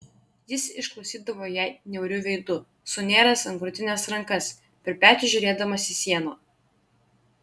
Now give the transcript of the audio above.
jis išklausydavo ją niauriu veidu sunėręs ant krūtinės rankas per petį žiūrėdamas į sieną